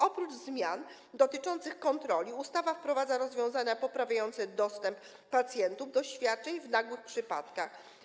Oprócz zmian dotyczących kontroli ustawa wprowadza rozwiązania poprawiające dostęp pacjentów do świadczeń w nagłych przypadkach.